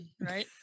right